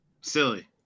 silly